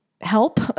help